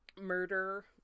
murder